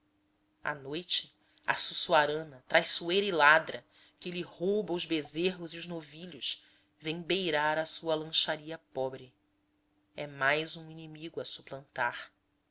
à noite a suçuarana traiçoeira e ladra que lhe rouba os bezerros e os novilhos vem beirar a sua rancharia pobre é mais um inimigo a suplantar